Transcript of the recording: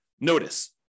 Notice